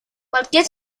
cualquier